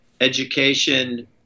education